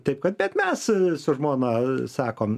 taip kad bet mes su žmona sakom